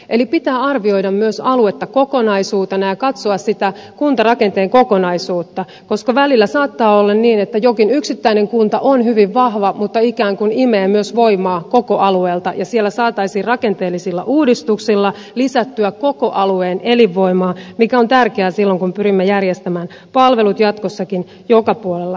eli pitää arvioida myös aluetta kokonaisuutena ja katsoa sitä kuntarakenteen kokonaisuutta koska välillä saattaa olla niin että jokin yksittäinen kunta on hyvin vahva mutta ikään kuin imee myös voimaa koko alueelta ja siellä saataisiin rakenteellisilla uudistuksilla lisättyä koko alueen elinvoimaa mikä on tärkeää silloin kun pyrimme järjestämään palvelut jatkossakin joka puolella suomea